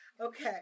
okay